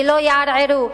שלא יערערו,